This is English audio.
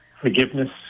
forgiveness